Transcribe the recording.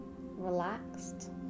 relaxed